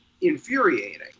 infuriating